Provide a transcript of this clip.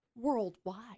Worldwide